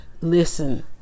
listen